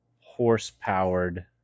horse-powered